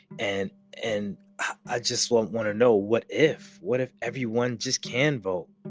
and and i just want want to know, what if what if everyone just can vote?